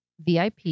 VIP